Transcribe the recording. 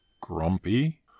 Grumpy